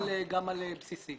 זה צריך לחול גם על בסיסי.